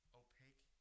opaque